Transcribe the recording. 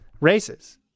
Races